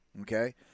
Okay